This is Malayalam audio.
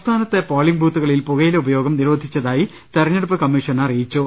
സംസ്ഥാനത്തെ പോളിംഗ് ബൂത്തുകളിൽ പുകയില ഉപ യോഗം നിരോധിച്ചതായി തെരഞ്ഞെടുപ്പ് കമ്മീഷൻ അറിയിച്ചു